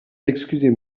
excusez